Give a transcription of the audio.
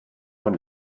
von